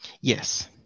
Yes